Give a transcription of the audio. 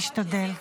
נשתדל.